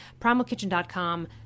Primalkitchen.com